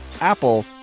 Apple